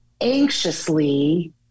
anxiously